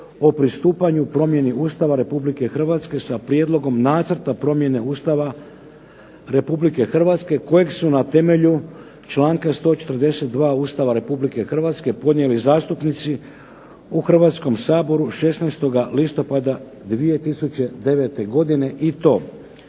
o pristupanju promjeni Ustava Republike Hrvatske sa Prijedlogom nacrta promjene Ustava Republike Hrvatske kojeg su na temelju članka 142. Ustava Republike Hrvatske podnijeli zastupnici u Hrvatskom saboru 16. listopada 2009. godine i to